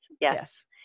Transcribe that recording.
Yes